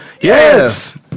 Yes